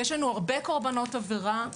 יש לנו הרבה קורבנות עבירה,